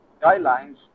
guidelines